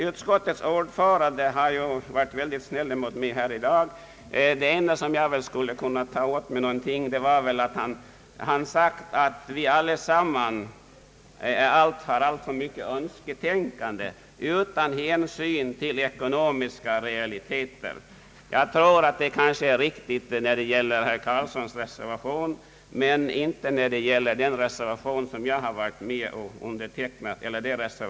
Utskottets ordförande har varit mycket snäll mot mig här i dag. Det enda som jag väl skulle kunna ta åt mig av var väl hans uttalande, att vi allesamman har alltför mycket önsketänkande utan hänsyn till ekonomiska realiteter. Det är kanske riktigt i fråga om herr Eric Carlssons reservation men inte när det gäller den reservation som jag varit med om att underteckna.